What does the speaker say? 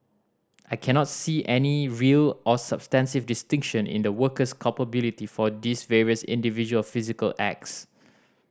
I cannot see any real or substantive distinction in the worker's culpability for these various individual physical acts